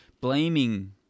blaming